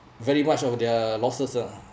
very much of their losses ah